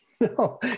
no